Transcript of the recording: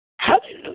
Hallelujah